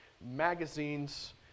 magazines